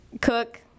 cook